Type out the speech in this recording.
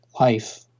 life